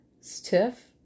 stiff